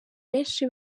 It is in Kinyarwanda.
benshi